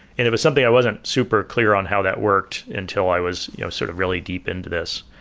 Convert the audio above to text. it was something i wasn't super clear on how that worked until i was you know sort of really deep into this.